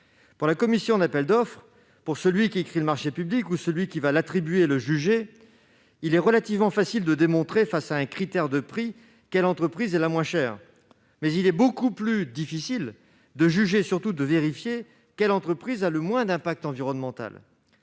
Pour la commission d'appel d'offres, pour celui qui écrit le marché public ou celui qui va l'attribuer et le juger, il est relativement facile de démontrer, face à un critère de prix, quelle entreprise est la moins chère. En revanche, il est beaucoup plus difficile de juger et, surtout, de vérifier quelle entreprise a le plus faible impact environnemental.